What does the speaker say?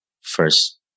first